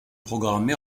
programmés